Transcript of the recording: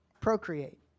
Procreate